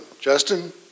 Justin